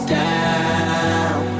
down